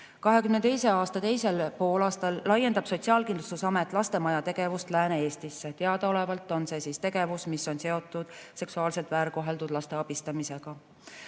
2022. aasta teisel poolel laiendab Sotsiaalkindlustusamet lastemajade tegevust Lääne-Eestisse. Nagu teada, see on tegevus, mis on seotud seksuaalselt väärkoheldud laste abistamisega.